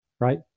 right